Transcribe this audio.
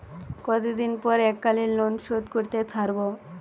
কতদিন পর এককালিন লোনশোধ করতে সারব?